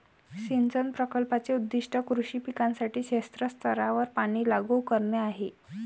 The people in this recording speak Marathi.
सिंचन प्रकल्पाचे उद्दीष्ट कृषी पिकांसाठी क्षेत्र स्तरावर पाणी लागू करणे आहे